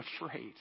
afraid